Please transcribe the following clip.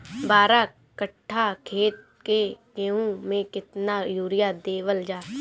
बारह कट्ठा खेत के गेहूं में केतना यूरिया देवल जा?